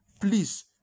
please